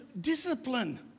discipline